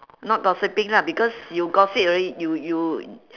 not gossiping lah because you gossip already you you